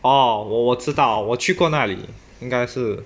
哦我知道我去过那里应该是